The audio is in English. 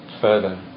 further